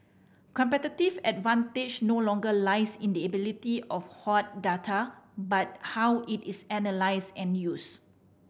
competitive advantage no longer lies in the ability of hoard data but how it is analysed and used